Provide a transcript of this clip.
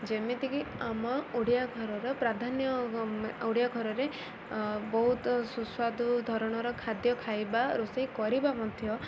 ଯେମିତିକି ଆମ ଓଡ଼ିଆ ଘରର ପ୍ରାଧାନ୍ୟ ଓଡ଼ିଆ ଘରରେ ବହୁତ ସୁସ୍ୱାଦୁ ଧରଣର ଖାଦ୍ୟ ଖାଇବା ରୋଷେଇ କରିବା ମଧ୍ୟ